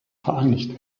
vereinigt